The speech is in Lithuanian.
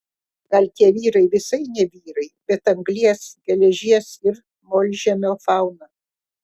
gal tie vyrai visai ne vyrai bet anglies geležies ir molžemio fauna